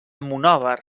monòver